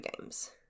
games